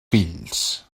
fills